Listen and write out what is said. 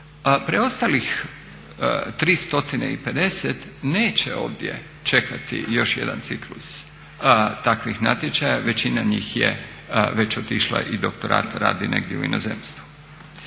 Preostalih 350 neće ovdje čekati još jedan ciklus takvih natječaja, većina njih je već otišla i doktorat radi negdje u inozemstvu.